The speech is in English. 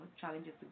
challenges